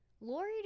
Lori